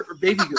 Baby